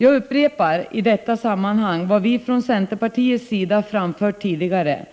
Jag upprepar i detta sammanhang vad vi från centerpartiets sida framfört tidigare,